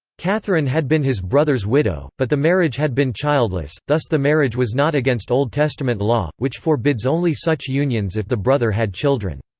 catherine had been his brother's widow, but the marriage had been childless, thus the marriage was not against old testament law, which forbids only such unions if the brother had children.